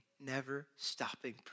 never-stopping